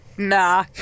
Nah